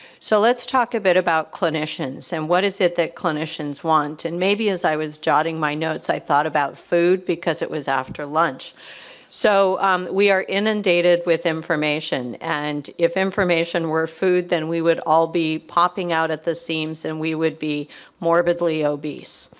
so let's talk a bit about clinicians and what is it that clinicians want? and maybe as i was jotting my notes i thought about food because it was after lunch so we are inundated with information and if information were food then we would all be popping out at the seams and we would be morbidly obese.